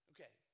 Okay